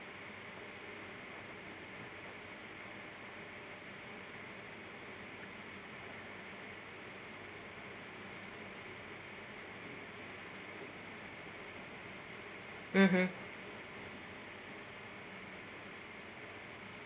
mmhmm